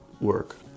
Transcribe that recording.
work